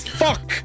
fuck